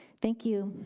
thank you.